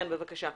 כן, בבקשה.